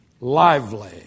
lively